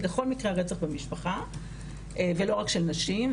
בכל מקרי הרצח במשפחה ולא רק של נשים,